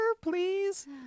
please